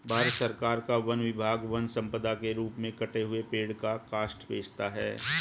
भारत सरकार का वन विभाग वन सम्पदा के रूप में कटे हुए पेड़ का काष्ठ बेचता है